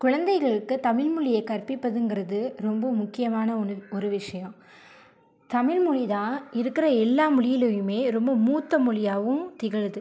குழந்தைகளுக்கு தமிழ்மொழியை கற்பிப்பதுங்கறது ரொம்ப முக்கியமான ஒன்று ஒரு விஷயம் தமிழ்மொழி தான் இருக்கிற எல்லா மொழியிலையுமே ரொம்ப மூத்த மொழியாவும் திகழுது